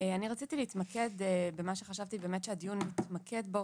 רציתי להתמקד במה שחשבתי שהדיון יתמקד בו,